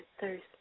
thirst